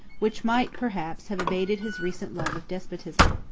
which might, perhaps, have abated his recent love of despostism.